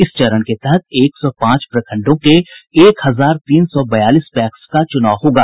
इस चरण के तहत एक सौ पांच प्रखंडों के एक हजार तीन सौ बयालीस पैक्स का च्रनाव होगा